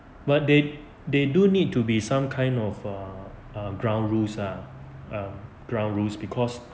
but they they do need to be some kind of err ground rules ah um ground rules because